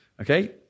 Okay